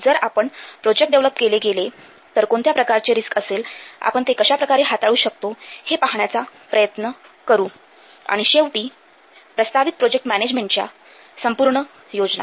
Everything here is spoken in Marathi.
जर आपण प्रोजेक्ट डेव्हलप केले तर कोणत्या प्रकारचे रिस्क असेल आपण ते कशाप्रकारे हाताळू शकतो हे पाहण्याचा प्रयत्न करू आणि शेवटी प्रस्तावित प्रोजेक्ट मॅनेजमेंटच्या संपूर्ण योजना